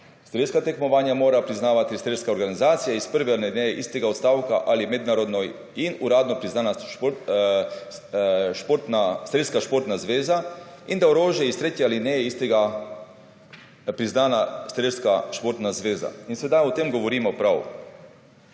Strelska tekmovanja mora priznavati strelska organizacija iz prve alineje istega odstavka ali mednarodno in uradno priznana strelska športna zveza, in da orožje iz tretje alineje istega, priznana strelska športna zveza. In sedaj o tem govorimo prav.